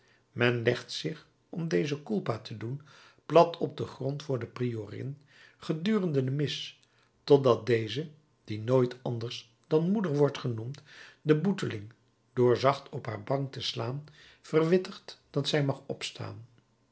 men legt zich om deze culpa te doen plat op den grond voor de priorin gedurende de mis totdat deze die nooit anders dan moeder wordt genoemd de boeteling door zacht op haar bank te slaan verwittigt dat zij mag opstaan